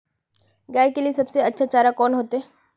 गाय के लिए सबसे अच्छा चारा कौन होते?